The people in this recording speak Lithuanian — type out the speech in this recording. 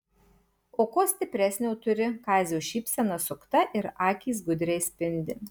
o ko stipresnio turi kazio šypsena sukta ir akys gudriai spindi